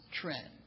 trend